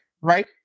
right